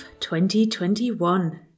2021